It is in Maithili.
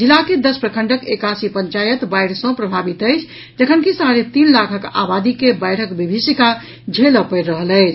जिला के दस प्रखंडक एकासी पंचायत बाढ़ि सँ प्रभावित अछि जखनकि साढ़े तीन लाखक आबादी के बाढ़िक विभिषीका झेलऽ परि रहल अछि